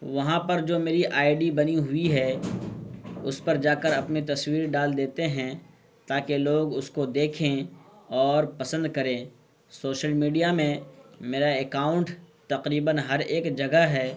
وہاں پر جو میری آئی ڈی بنی ہوئی ہے اس پر جا کر اپنی تصویر ڈال دیتے ہیں تاکہ لوگ اس کو دیکھیں اور پسند کریں سوشل میڈیا میں میرا اکاؤنٹ تقریباً ہر ایک جگہ ہے